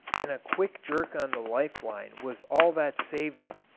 and a quick jerk on the life-line was all that saved him.